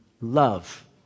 love